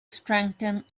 strengthen